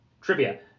trivia